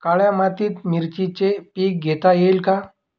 काळ्या मातीत मिरचीचे पीक घेता येईल का?